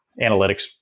analytics